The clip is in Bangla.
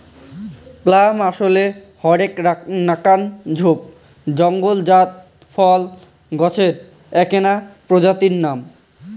প্লাম আশলে হরেক নাকান ঝোপ জঙলজাত ফল গছের এ্যাকনা প্রজাতির নাম